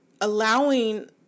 allowing